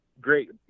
great